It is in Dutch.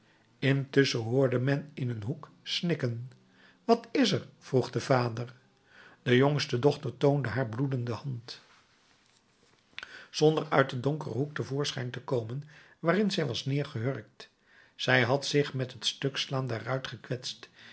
intusschen hoorde men in een hoek snikken wat is er vroeg de vader de jongste dochter toonde haar bloedende hand zonder uit den donkeren hoek te voorschijn te komen waarin zij was neergehurkt zij had zich met het stuk slaan der ruit gekwetst